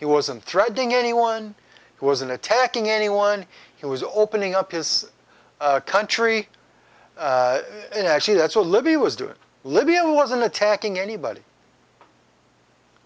he wasn't threatening anyone who wasn't attacking anyone he was opening up his country actually that's all libby was doing libya wasn't attacking anybody